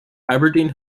aberdeen